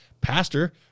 Pastor